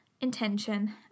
intention